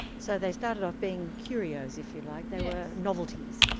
so they started off being curios if you like, they were novelties.